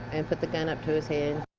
and put the gun up to his head.